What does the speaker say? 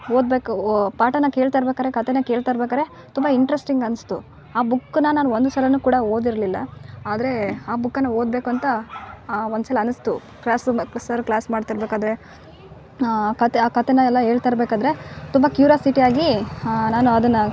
ಓದಬೇಕು ಓ ಪಾಠನ ಕೇಳ್ತಾಯಿರ್ಬೇಕಾದರೆ ಕತೆನ ಕೇಳ್ತಾಯಿರ್ಬೇಕಾದರೆ ತುಂಬಾ ಇಂಟ್ರೆಸ್ಟಿಂಗ್ ಅನ್ಸ್ತು ಆ ಬುಕ್ನ ನಾನು ಒಂದು ಸಲನು ಕೂಡ ಓದಿರಲಿಲ್ಲ ಆದರೆ ಆ ಬುಕ್ನ್ನ ಓದಬೇಕಂತ ಒಂದ್ಸಲ ಅನ್ಸ್ತು ಕ್ಲಾಸ್ ರೂಮಲ್ಲಿ ಸರ್ ಕ್ಲಾಸ್ ಮಾಡ್ತಿರ್ಬೇಕಾದರೆ ಕತೆ ಆ ಕತೆನ ಎಲ್ಲ ಹೇಳ್ತಿರ್ಬೇಕಾದರೆ ತುಂಬ ಕ್ಯೂರ್ಯಾಸಿಟಿಯಾಗಿ ನಾನು ಅದನ್ನ